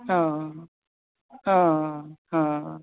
हां हां हां